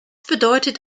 bedeutet